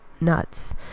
nuts